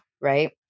Right